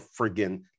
friggin